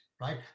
right